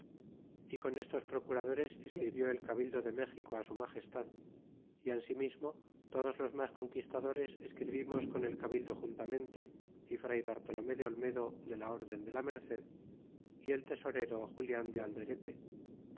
y con estos procuradores escribió el cabildo de méxico su magestad y ansimismo todos los mas conquistadores escribimos con el cabildo juntamente e fray bartolome de olmedo de la orden de la merced y el tesorero julian de alderete